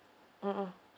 mmhmm